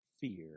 fear